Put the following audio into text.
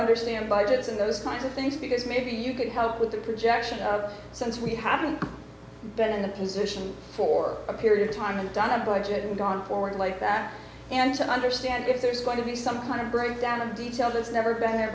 understand bidets and those kinds of things because maybe you could help with the projection since we haven't been in the position for a period of time and done a budget and gone forward like that and to understand if there's going to be some kind of breakdown in detail that's never been there